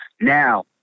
Now